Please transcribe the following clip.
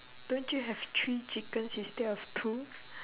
don't you have three chickens instead of two